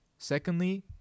Secondly